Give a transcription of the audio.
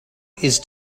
ist